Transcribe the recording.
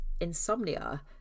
insomnia